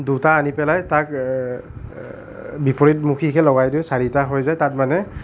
দুটা আনি পেলাই তাক বিপৰীতমুখীকৈ লগাই দিওঁ চাৰিটা হৈ যায় তাত মানে